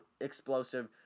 explosive